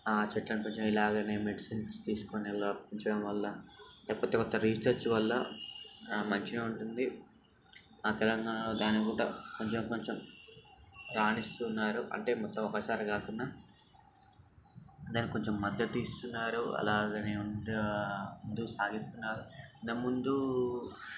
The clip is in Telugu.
చెట్లను పెంచడం ఇలాగనే మెడిసిన్స్ తీసుకొని ఇలా పెంచడం వల్ల లేకపోతే కొంత రీసెర్చ్ వల్ల మంచిగా ఉంటుంది ఆ తెలంగాణలో దానికి కూడా కొంచెం కొంచెం రానిస్తున్నారు అంటే మొత్తం ఒకసారి కాకున్నా దానికి కొంచెం మద్దతు ఇస్తున్నారు అలాగనే ఉంటూ ముందుకు సాగిస్తున్నారు అంతకు ముందూ